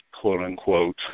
quote-unquote